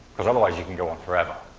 cause otherwise you can go on forever.